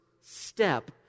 step